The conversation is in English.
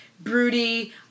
broody